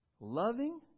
loving